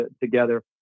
together